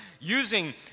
using